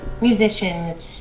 musicians